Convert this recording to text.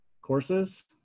courses